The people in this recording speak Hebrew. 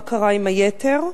מה קרה עם היתר?